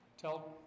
Tell